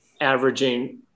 averaging